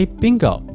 Bingo